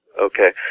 Okay